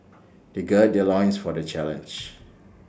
they gird their loins for the challenge